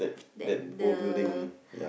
that the